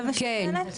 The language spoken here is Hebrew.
זה מה שאת משלמת?